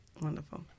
Wonderful